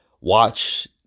watch